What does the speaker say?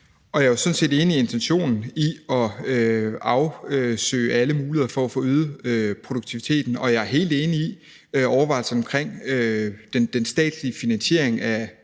Jeg er jo sådan set enig i intentionen i at afsøge alle muligheder for at få øget produktionen, og jeg er helt enig i overvejelserne omkring den statslige finansiering af